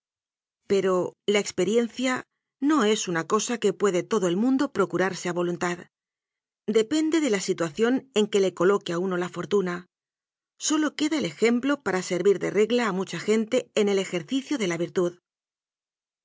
pero la experienda no es una cosa que puede todo él mundo procurarse a voluntad depende de la situación en que le coloque a uno la fortuna sólo queda el ejemplo para servir de regla a mucha gente en el ejercicio de la virtud